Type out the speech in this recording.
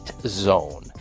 zone